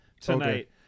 tonight